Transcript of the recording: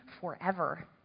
forever